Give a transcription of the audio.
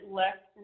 left